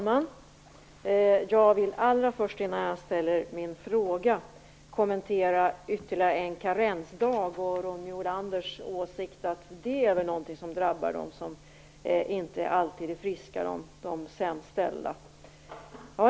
Herr talman! Innan jag ställer min fråga vill jag kommentera Ronny Olanders åsikt att ytterligare en karensdag är någonting som drabbar dem som inte alltid är friska, de sämst ställda.